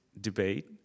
debate